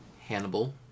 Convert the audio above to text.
Hannibal